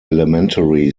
elementary